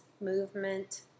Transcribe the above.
movement